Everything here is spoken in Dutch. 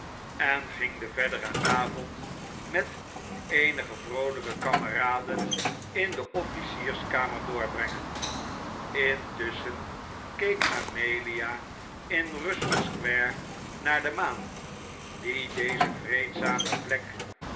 en ging den verderen avond met eenige vroolijke kameraden in de offlcierskamer doorbrengen intusschen keek amelia in russell square naar de maan die deze vreedzame plek